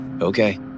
Okay